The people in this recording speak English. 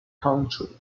country